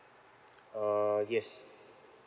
uh yes